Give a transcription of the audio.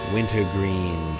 Wintergreen